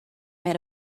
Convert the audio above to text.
made